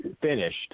finished